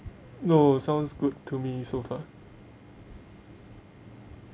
no sounds good to me so far